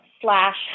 slash